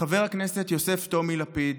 חבר הכנסת יוסף טומי לפיד,